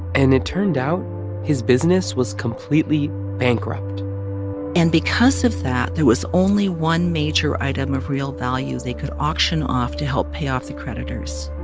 and it turned out his business was completely bankrupt and because of that, there was only one major item of real value they could auction off to help pay off the creditors